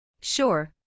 Sure